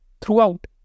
throughout